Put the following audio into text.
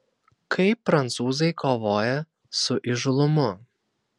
kaip prancūzai kovoja su įžūlumu